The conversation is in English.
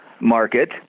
market